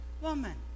Woman